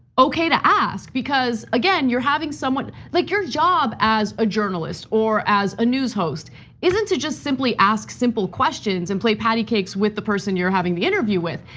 okay to ask because, again, you're having someone, like your job as a journalist or as a news host isn't to just ask simple questions and play patty cakes with the person you're having the interview with.